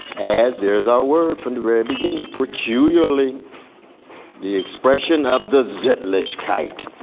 as. there's our word from the very beginning. peculiarly the expression of the zeitlichkeit,